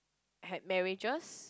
had marriages